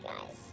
guys